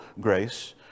grace